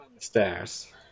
stairs